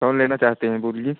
कौन लेना चाहते हैं बोलिए